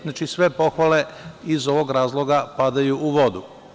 Znači sve pohvale iz ovog razloga padaju u vodu.